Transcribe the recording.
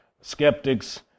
skeptics